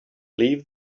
leave